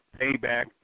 payback